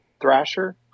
Thrasher